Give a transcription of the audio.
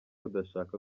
adashaka